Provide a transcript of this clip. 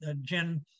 jen